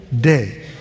day